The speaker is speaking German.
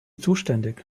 zuständig